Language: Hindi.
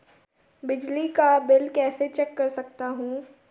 बिजली का बिल कैसे चेक कर सकता हूँ?